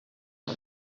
for